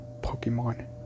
pokemon